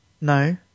no